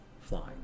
Flying